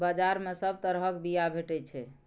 बजार मे सब तरहक बीया भेटै छै